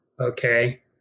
okay